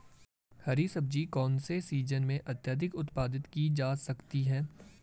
हरी सब्जी कौन से सीजन में अत्यधिक उत्पादित की जा सकती है?